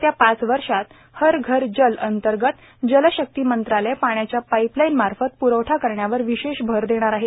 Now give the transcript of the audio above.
येत्या पाच वर्षात हर घर जल अंतर्गत जलशक्ती मंत्रालय पाण्याच्या पाइपलाइन मार्फत प्रवठा करण्यावर विशेष भर देणार आहे